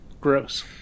Gross